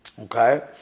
Okay